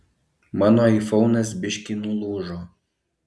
mano aifonas biškį nulūžo